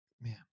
man